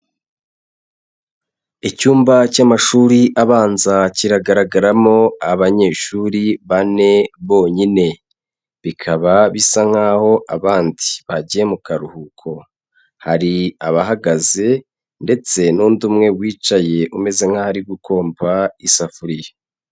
Icyumba cy'amashuri abanza kiragaragaramo abanyeshuri bane bonyine. Bikaba bisa nkaho abandi bagiye mu karuhuko, hari abahagaze ndetse n'undi umwe wicaye umeze nkaho ari gukomba isafuriya.